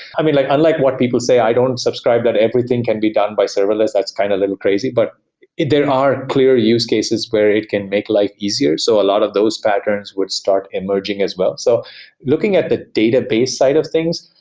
i mean, like unlike what people say. i don't subscribe that everything can be done by serverless. that's kind of little crazy, but there are clear use cases where it can make life easier. so a lot of those patterns would start emerging as well. so looking at the database side of things,